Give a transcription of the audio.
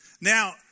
Now